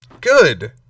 Good